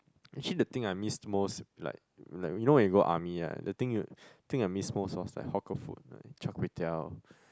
actually the thing I missed most like like you know when you go army ah the thing thing I miss most was like hawker food like char-kway-teow